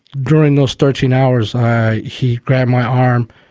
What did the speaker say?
during those thirteen hours i, he grabbed my arm,